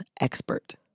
expert